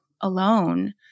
alone